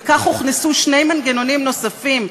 וכך הוכנסו שני מנגנונים נוספים: